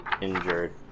injured